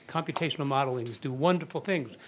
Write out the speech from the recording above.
computational modelings do wonderful things,